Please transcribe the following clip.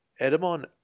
Edamon